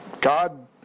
God